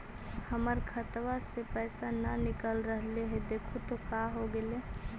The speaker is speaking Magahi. हमर खतवा से पैसा न निकल रहले हे देखु तो का होगेले?